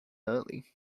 early